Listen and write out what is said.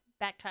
backtrack